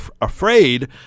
afraid